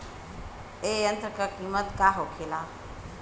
ए यंत्र का कीमत का होखेला?